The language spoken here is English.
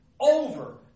over